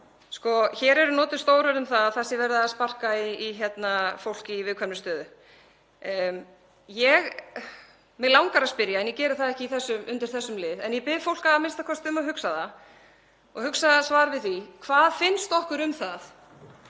Hér eru notuð stór orð um að það sé verið að sparka í fólk í viðkvæmri stöðu. Mig langar að spyrja en ég geri það ekki undir þessum lið, en ég bið fólk a.m.k. að hugsa það og hugsa svar við því: Hvað finnst okkur um að